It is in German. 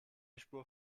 spur